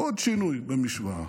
עוד שינוי במשוואה.